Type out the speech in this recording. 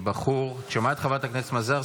את שומעת, חברת הכנסת מזרסקי,